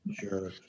Sure